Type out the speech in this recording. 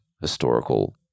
historical